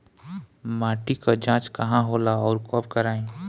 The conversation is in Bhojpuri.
माटी क जांच कहाँ होला अउर कब कराई?